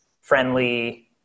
friendly